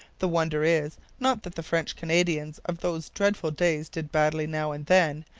the wonder is, not that the french canadians of those dreadful days did badly now and then,